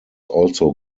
also